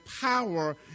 power